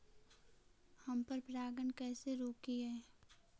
हम पर परागण के कैसे रोकिअई?